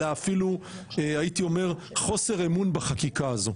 אלא אפילו הייתי אומר חוסר אמון בחקיקה הזו.